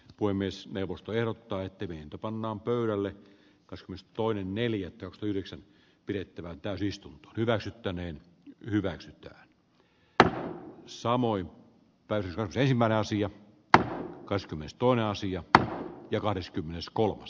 puhemiesneuvosto ehdottaaitten hinta pannaan pöydälle cosmos toinen neljättä yhdeksäs pidettävään täysistunto hyväksyttäneen hyväksyttyä ja samoin pelle ryhmän asiat tar kastumista on asiakkaan ja kahdeskymmeneskolmas